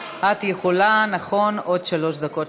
את יכולה, נכון, לקבל עוד שלוש דקות.